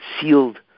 sealed